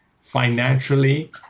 financially